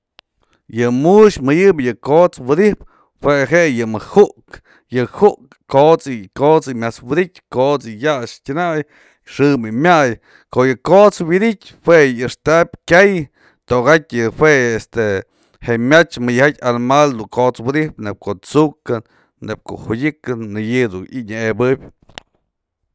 Yë mu'uxë mëdyëbë yë ko'ots widyjpë jue je, yë mëjk ju'uk, yë ku'uk ko'ots- ko'ots yë myas wi'idityë, ko'ots yë ya'ax tyënay, xëm yë myay, ko'o yë ko'ots wi'idityë jue yë axtap kyay tokatyë yë jue este je myach madyëjaty almal du ko'ots widyjpë neyb ko'o t'su'ukë, neyb ko'o judyëkë, madyë dun nya'ebëp.